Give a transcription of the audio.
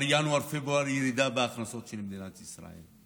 כבר בינואר-פברואר יש ירידה בהכנסות של מדינת ישראל.